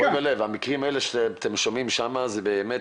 המקרים האלה שאתם שומעים שם זה באמת,